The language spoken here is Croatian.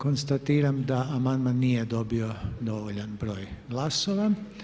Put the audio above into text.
Konstatiram da amandman nije dobio dovoljan broj glasova.